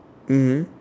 mmhmm